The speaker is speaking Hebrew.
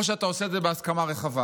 או שאתה עושה את זה בהסכמה רחבה.